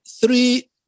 three